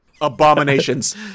Abominations